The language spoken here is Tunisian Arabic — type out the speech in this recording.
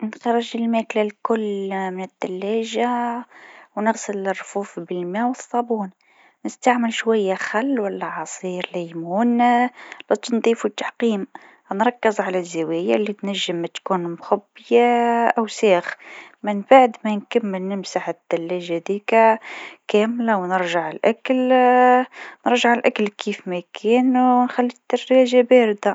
باش تنظف الثلاجة، أول حاجة فرّغها من الأطعمة. بعدين، حط خليط من الماء والخل في بخاخة ورشّ على الرفوف. امسحهم بإسفنجة أو قطعة قماش. إذا كان فيه روائح، حط بيكربونات صوديوم في الزوايا. نظّف الفلاتر والمراوح إذا لزم. وفي الآخر، رجّع الأطعمة بعد ما تكون الثلاجة جافة ونظيفة.